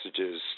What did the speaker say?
messages